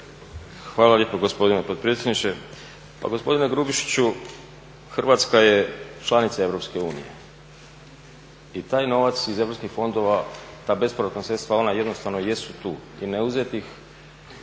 Hvala lijepo gospodine potpredsjedniče. Pa gospodine Grubišiću, Hrvatska je članica EU i taj novac iz europskih fondova, ta bespovratna sredstva, ona jednostavno jesu tu i ne uzeti